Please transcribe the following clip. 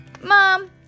Mom